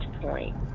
point